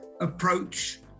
approach